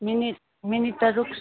minute minute ꯇꯔꯨꯛ